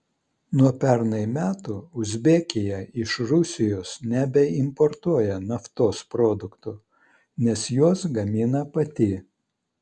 nuo pernai metų uzbekija iš rusijos nebeimportuoja naftos produktų nes juos gamina pati